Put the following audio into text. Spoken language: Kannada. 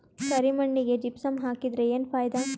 ಕರಿ ಮಣ್ಣಿಗೆ ಜಿಪ್ಸಮ್ ಹಾಕಿದರೆ ಏನ್ ಫಾಯಿದಾ?